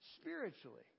spiritually